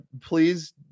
please